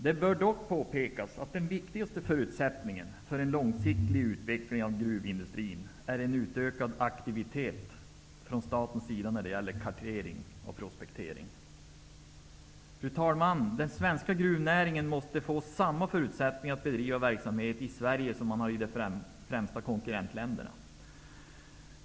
Vi vill dock påpeka att den viktigaste förutsättningen för en långsiktig utveckling av gruvindustrin är en utökad aktivitet från statens sida när det gäller kartering och prospektering. Fru talman! Den svenska gruvnäringen måste få samma förutsättningar att bedriva verksamhet i Sverige som finns i de främsta konkurrentländerna.